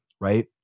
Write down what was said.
right